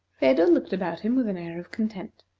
phedo looked about him with an air of content.